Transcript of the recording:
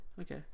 Okay